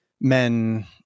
men